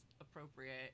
appropriate